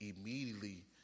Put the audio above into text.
immediately